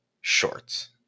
shorts